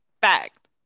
fact